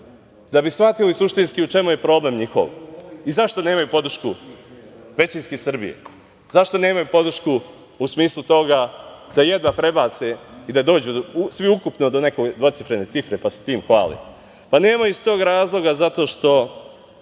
da bi shvatili suštinski u čemu je njihov problem i zašto nemaju podršku većinske Srbije. Zašto nemaju podršku u smislu toga da jedva prebace i da dođu, svi ukupno, do neke dvocifrene cifre, pa se time hvale? Pa, nemaju iz tog razloga zato što